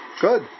Good